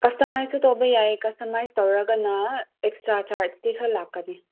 ꯀꯁꯇꯃꯥꯏꯁꯨ ꯇꯧꯕ ꯌꯥꯏꯌꯦ ꯀꯁꯇꯃꯥꯏꯁ ꯇꯧꯔꯒꯅ ꯑꯦꯛꯁꯇ꯭ꯔꯥ ꯆꯥꯔꯖꯇꯤ ꯈꯔ ꯂꯥꯛꯀꯅꯤ